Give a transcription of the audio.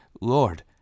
Lord